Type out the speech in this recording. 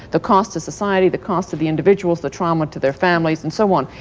the cost to society, the cost to the individuals, the trauma to their families. and so on.